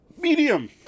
medium